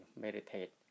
meditate